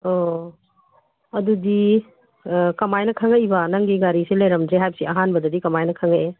ꯑꯣ ꯑꯗꯨꯗꯤ ꯀꯃꯥꯏꯅ ꯈꯪꯉꯛꯏꯕ ꯅꯪꯒꯤ ꯒꯥꯔꯤꯁꯦ ꯂꯩꯔꯝꯗ꯭ꯔꯦ ꯍꯥꯏꯕꯁꯤ ꯑꯍꯥꯟꯕꯗꯗꯤ ꯀꯃꯥꯏꯅ ꯈꯪꯉꯛꯏ